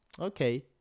okay